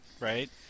right